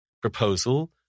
proposal